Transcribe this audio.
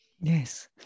Yes